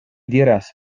diras